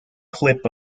clip